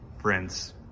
Friends